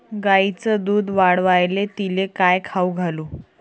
गायीचं दुध वाढवायले तिले काय खाऊ घालू?